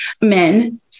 men